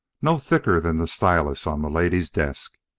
no thicker than the stylus on milady's desk!